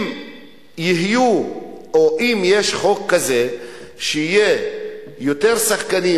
אם יהיה חוק כזה שיהיו יותר שחקנים,